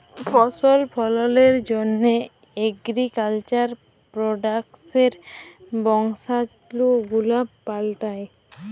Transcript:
ফসল ফললের জন্হ এগ্রিকালচার প্রডাক্টসের বংশালু গুলা পাল্টাই